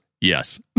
yes